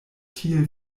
tiel